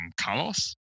Carlos